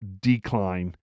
decline